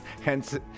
Hence